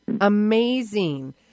Amazing